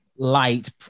light